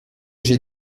j’ai